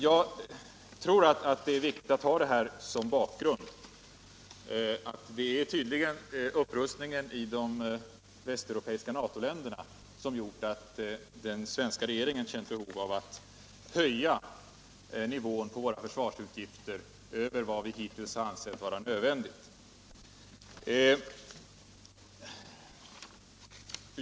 Jag tror att det är viktigt att ha det här som bakgrund. Det är tydligen upprustningen i de västeuropeiska NATO-länderna som gjort att den svenska regeringen känt behov av att höja nivån på våra försvarsutgifter över vad vi hittills ansett vara nödvändigt.